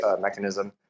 mechanism